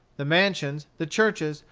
the mansions, the churches,